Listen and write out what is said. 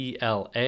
ELA